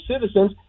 citizens